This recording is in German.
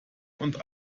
oder